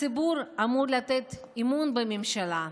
הציבור אמור לתת אמון בממשלה,